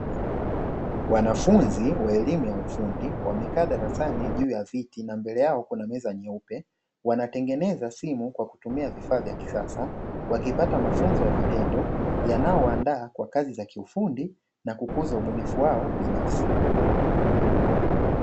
Wanafunzi wa elimu ya ufundi wamekaa darasani juu ya viti na mbele yao kuna meza nyeupe, wanatengeneza simu kwa kutumia vifaa vya kisasa wakipata mafunzo ya vitendo yanayo wandaa kwa kazi za kiufundi na kukuza ubunifu wao binafsi.